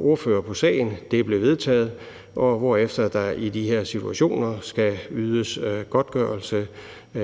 ordfører på sagen. Det blev vedtaget, hvorefter der i de her situationer skal ydes